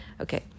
Okay